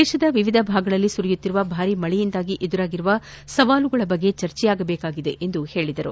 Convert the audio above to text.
ದೇಶದ ವಿವಿಧ ಭಾಗಗಳಲ್ಲಿ ಸುರಿಯುತ್ತಿರುವ ಭಾರಿ ಮಳೆಯಿಂದ ಎದುರಾಗಿರುವ ಸವಾಲುಗಳ ಬಗ್ಗೆ ಚರ್ಚೆಯಾಗಬೇಕಾಗಿದೆ ಎಂದು ಹೇಳಿದ್ದಾರೆ